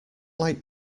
like